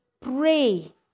pray